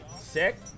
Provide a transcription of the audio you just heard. sick